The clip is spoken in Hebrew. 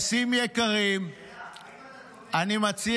טייסים יקרים --- אתה תומך בלעצור ימי מילואים בגלל